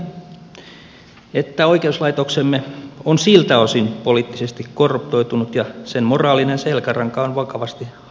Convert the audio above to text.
väitän että oikeuslaitoksemme on siltä osin poliittisesti korruptoitunut ja sen moraalinen selkäranka on vakavasti hapertunut